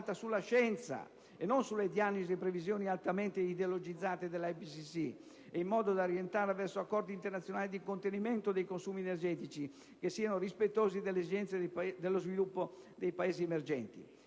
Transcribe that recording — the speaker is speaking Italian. sulla scienza e non sulle diagnosi e previsioni altamente ideologizzate dell'IPCC e in modo da orientarla verso accordi internazionali di contenimento dei consumi energetici che siano rispettosi delle esigenze di sviluppo dei Paesi emergenti;